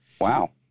Wow